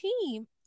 team